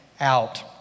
out